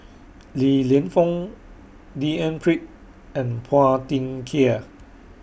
Li Lienfung D N Pritt and Phua Thin Kiay